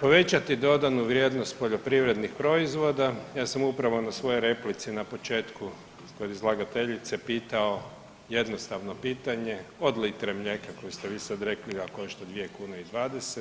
Povećati dodanu vrijednost poljoprivrednih proizvoda, ja sam upravo na svojoj replici na početku kod izlagateljice pitao jednostavno pitanje od litre mlijeka koju ste vi sada rekli, a košta 2 kune i 20